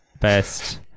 best